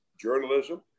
journalism